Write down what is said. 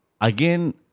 again